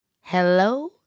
Hello